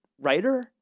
writer